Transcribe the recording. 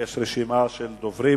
יש רשימה של דוברים.